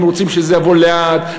הם רוצים שזה יבוא לאט.